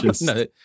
no